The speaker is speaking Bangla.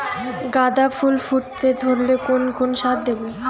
গাদা ফুল ফুটতে ধরলে কোন কোন সার দেব?